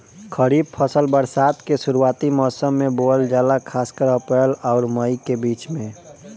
खरीफ फसल बरसात के शुरूआती मौसम में बोवल जाला खासकर अप्रैल आउर मई के बीच में